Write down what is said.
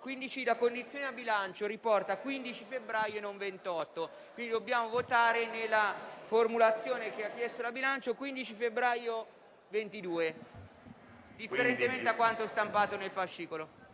Commissione bilancio riporta «15 febbraio» e non 28. Quindi dobbiamo votare nella formulazione che ha chiesto la Commissione bilancio, «15 febbraio 2022», differentemente da quanto stampato nel fascicolo.